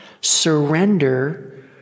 surrender